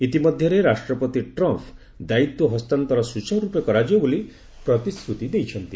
ଇତିମଧ୍ୟରେ ରାଷ୍ଟ୍ରପତି ଟ୍ରମ୍ପ୍ ଦାୟିତ୍ୱ ହସ୍ତାନ୍ତର ସୁଚାରୁରୂପେ କରାଯିବ ବୋଲି ପ୍ରତିଶ୍ରତି ଦେଇଛନ୍ତି